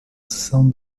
sessão